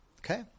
Okay